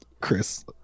chris